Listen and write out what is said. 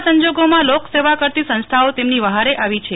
આવા સંજોગોમાં લોક સેવા કરતી સંસ્થાઓ તેમની વહારે આવી છે